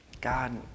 God